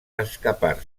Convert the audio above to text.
escapar